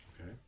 Okay